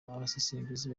abasesenguzi